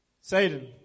Satan